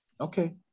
Okay